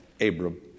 Abram